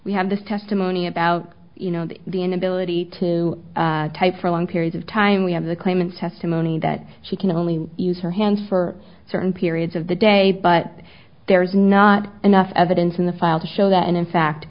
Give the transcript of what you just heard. we have this testimony about you know that the inability to type for long periods of time we have the claimant's testimony that she can only use her hand for certain periods of the day but there's not enough evidence in the file to show that and in fact